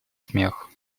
смех